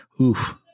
oof